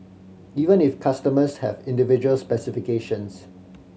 even if customers have individual specifications